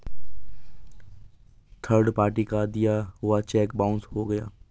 third party का दिया हुआ चेक बाउंस हो गया